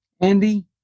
andy